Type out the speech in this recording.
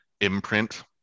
imprint